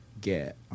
get